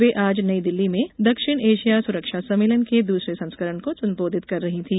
वे आज नई दिल्ली में दक्षिण एशिया सुरक्षा सम्मेलन के दूसरे संस्करण को संबोधित कर रही थीं